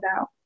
out